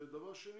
ושנית,